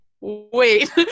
wait